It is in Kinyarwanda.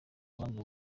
abanza